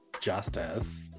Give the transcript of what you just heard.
justice